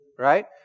right